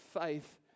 faith